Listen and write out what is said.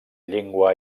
llengua